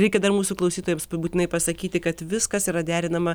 reikia dar mūsų klausytojams būtinai pasakyti kad viskas yra derinama